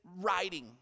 writing